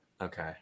okay